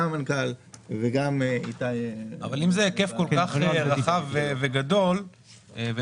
גם המנכ"ל וגם איתי --- אבל אם זה היקף כל כך רחב וגדול ונוגע